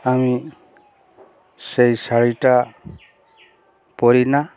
আমি সেই শাড়িটা পরি না